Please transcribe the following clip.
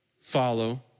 follow